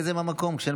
חוק התחרות הכלכלית (תיקון מס' 23 והוראת שעה),